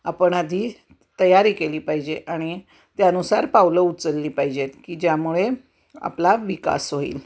आपण आधी तयारी केली पाहिजे आणि त्यानुसार पावलं उचलली पाहिजेत की ज्यामुळे आपला विकास होईल